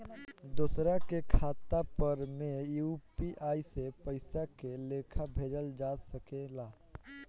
दोसरा के खाता पर में यू.पी.आई से पइसा के लेखाँ भेजल जा सके ला?